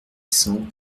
cents